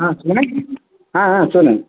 ஆ சொல்லுங்க ஆ ஆ சொல்லுங்க